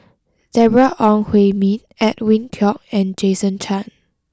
Deborah Ong Hui Min Edwin Koek and Jason Chan